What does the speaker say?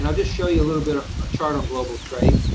and just show you a little bit, a chart on global trade.